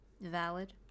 valid